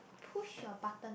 push your button